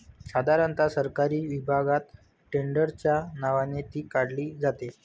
साधारणता सरकारी विभागात टेंडरच्या नावाने ती काढली जाते